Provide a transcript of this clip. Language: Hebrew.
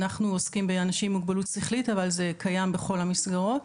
אנחנו עוסקים באנשים עם מוגבלות שכלית אבל זה קיים בכל המסגרות,